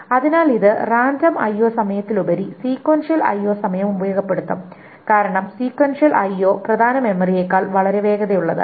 അതിനാൽ ഇത് random IO Random IO സമയത്തിലുപരി സീക്വൻഷ്യൽ IO Sequential IO സമയം ഉപയോഗപ്പെടുത്തും കാരണം സീക്വൻഷ്യൽ IO Sequential IO പ്രധാന മെമ്മറിയേക്കാൾ വളരെ വേഗതയുള്ളതാണ്